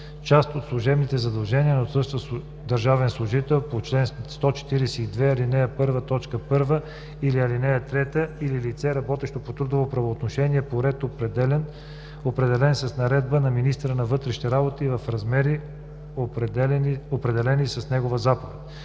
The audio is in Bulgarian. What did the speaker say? част от служебните задължения на отсъстващ държавен служител по чл. 142, ал. 1, т. 1 или ал. 3 или лице, работещо по трудово правоотношение, по ред, определен с наредба на министъра на вътрешните работи, и в размери, определени с негова заповед.“